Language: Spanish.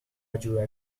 ayuda